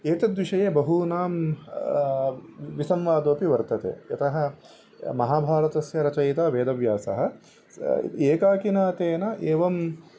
एतद्विषये बहूनां विसंवादोपि वर्तते यतः महाभारतस्य रचयिता वेदव्यासः स एकाकिनतेन एवं